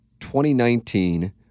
2019